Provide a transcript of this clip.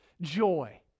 joy